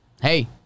hey